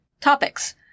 topics